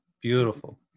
Beautiful